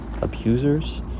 abusers